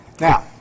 Now